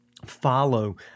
follow